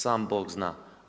Sam Bog zna.